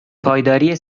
پایداری